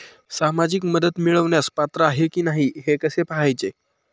सामाजिक मदत मिळवण्यास पात्र आहे की नाही हे कसे पाहायचे?